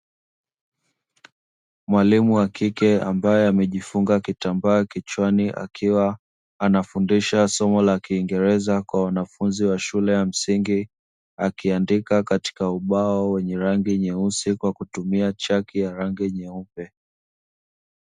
Mwalimu wa kike ambaye amejifunga kitambaa kichwani akiwa anafundisha somo la kiingereza kwa wanafunzi wa shule ya msingi, akiandika katika ubao wenye rangi nyeusi kwa kutumia chaki ya rangi nyeupe.